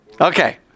Okay